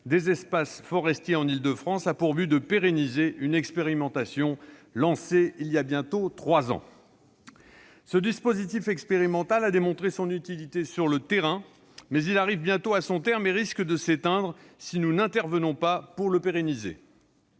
des espaces forestiers en Île-de-France, a pour objectif de pérenniser une expérimentation lancée il y a bientôt trois ans. Ce dispositif expérimental a démontré son utilité sur le terrain, mais il arrive bientôt à son terme et risque de s'éteindre si nous n'intervenons pas pour le pérenniser.